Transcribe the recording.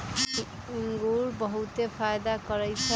इंगूर बहुते फायदा करै छइ